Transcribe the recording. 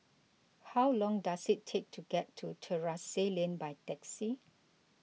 how long does it take to get to Terrasse Lane by taxi